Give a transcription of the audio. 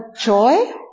joy